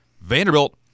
Vanderbilt